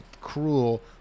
cruel